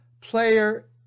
player